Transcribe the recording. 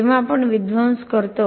जेव्हा आपण विध्वंस करतो